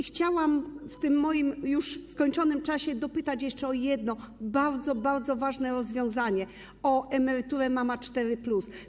Chciałam w tym moim, już skończonym, czasie dopytać jeszcze o jedno bardzo, bardzo ważne rozwiązanie - o emeryturę ˝Mama 4+˝